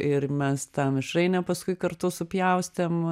ir mes tą mišrainę paskui kartu supjaustėm